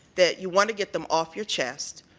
that you want to get them off your chest,